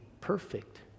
perfect